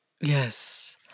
Yes